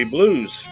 Blues